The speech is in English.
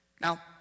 Now